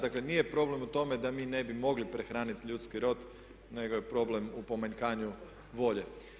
Dakle nije problem u tome da mi ne bi mogli prehraniti ljudski rod nego je problem u pomanjkanju volje.